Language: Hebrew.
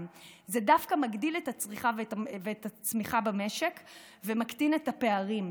זה דווקא מגדיל את הצריכה ואת הצמיחה במשק ומקטין את הפערים.